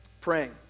praying